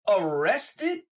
arrested